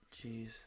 Jeez